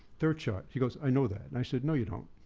third chart, he goes i know that. and i said no you don't.